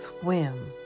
swim